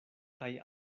kaj